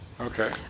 Okay